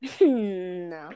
No